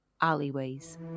alleyways